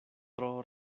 tro